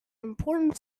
important